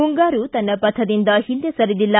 ಮುಂಗಾರು ತನ್ನ ಪಥದಿಂದ ಹಿಂದೆ ಸರಿದಿಲ್ಲ